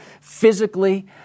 physically